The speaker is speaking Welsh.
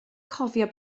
cofio